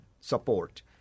support